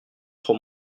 trop